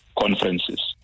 conferences